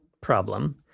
problem